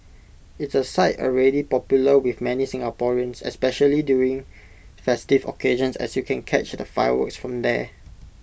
it's A site already popular with many Singaporeans especially during festive occasions as you can catch the fireworks from there